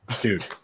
Dude